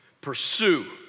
pursue